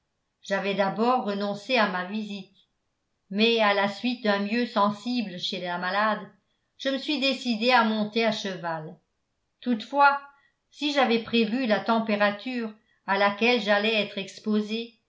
j'avais d'abord renoncé à ma visite mais à la suite d'un mieux sensible chez la malade je me suis décidé à monter à cheval toutefois si j'avais prévu la température à laquelle j'allais être exposé